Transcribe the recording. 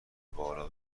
بالا